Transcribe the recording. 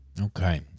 Okay